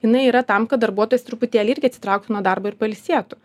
jinai yra tam kad darbuotojas truputėlį irgi atsitrauktų nuo darbo ir pailsėtų